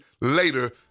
later